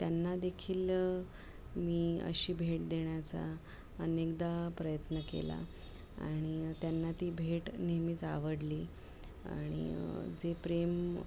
त्यांनादेखील मी अशी भेट देण्याचा अनेकदा प्रयत्न केला आणि त्यांना ती भेट नेहमीच आवडली आणि जे प्रेम